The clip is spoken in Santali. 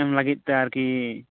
ᱞᱟᱹᱜᱤᱫᱛᱮ ᱟᱨᱠᱤ